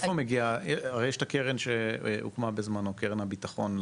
הרי יש את הקרן שהוקמה בזמנו, קרן הביטחון.